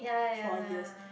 four years